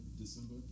December